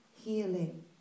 healing